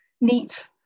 neat